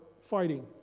fighting